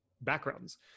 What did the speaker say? backgrounds